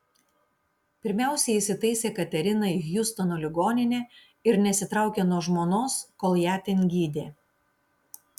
pirmiausia jis įtaisė kateriną į hjustono ligoninę ir nesitraukė nuo žmonos kol ją ten gydė